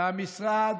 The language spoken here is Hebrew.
שהמשרד